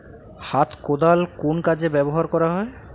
হাত কোদাল কোন কাজে ব্যবহার করা হয়?